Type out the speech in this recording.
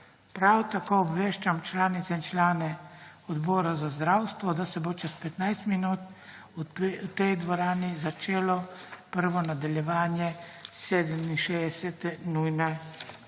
Prav tako obveščam članice in člane Odbora za zdravstvo, da se bo čez 15 minut v tej dvorani začelo 1. nadaljevanje 67. nujne